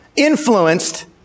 Influenced